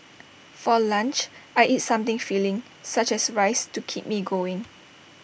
for lunch I eat something filling such as rice to keep me going